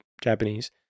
Japanese